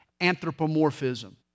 anthropomorphism